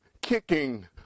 kicking